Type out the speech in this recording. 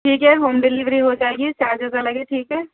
ٹھیک ہے home delivery ہو جائے گی چارجیز الگ ہے ٹھیک ہے